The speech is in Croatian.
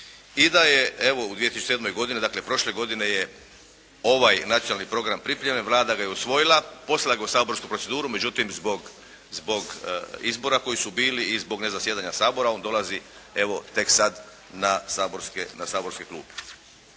i da je evo u 2007. godini, dakle prošle godine je ovaj nacionalni program pripremljen, Vlada ga je usvojila, poslala ga u saborsku proceduru. Međutim, zbog izbora koji su bili i zbog nezasjedanja Sabora on dolazi evo tek sad na saborske klupe.